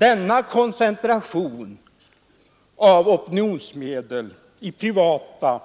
Denna koncentration av opinionsmedel i privata